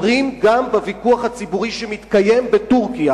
אומרים גם בוויכוח הציבורי שמתקיים בטורקיה.